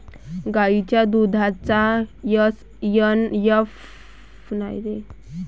गायीच्या दुधाचा एस.एन.एफ कायनं वाढन?